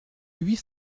huit